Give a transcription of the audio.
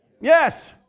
Yes